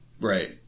Right